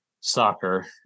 soccer